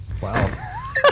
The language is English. Wow